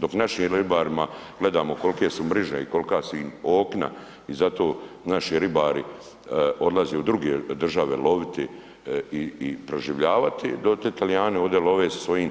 Dok našim ribarima gledamo kolke su mriže i kolka su im okna i zato naši ribari odlaze u druge države loviti i proživljavati dotle Talijani ovde love sa svojim